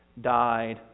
died